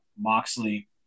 Moxley